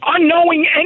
unknowing